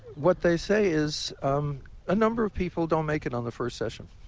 what they say is um a number of people don't make it on the first session.